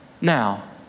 now